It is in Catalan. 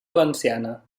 valenciana